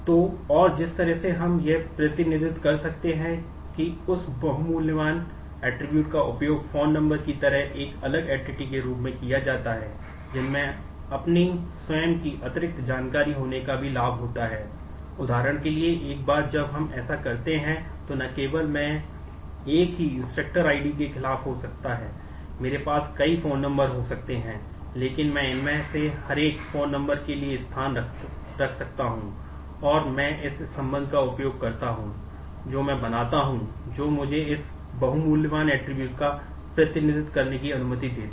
तो और जिस तरह से हम यह प्रतिनिधित्व कर सकते हैं कि उस बहुमूल्यवान ऐट्रिब्यूट का प्रतिनिधित्व करने की अनुमति देता है